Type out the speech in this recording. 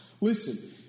Listen